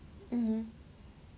mmhmm